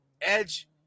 Edge